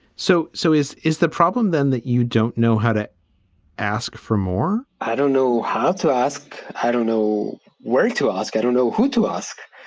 so so is is the problem then that you don't know how to ask for more? i don't know how to ask. i don't know where to ask. i don't know who to ask.